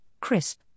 crisp